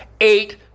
eight